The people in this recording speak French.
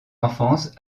enfance